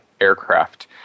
aircraft